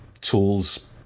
tools